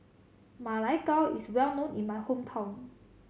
Ma Lai Gao is well known in my hometown